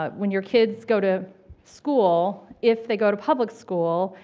but when your kids go to school, if they go to public school,